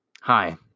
Hi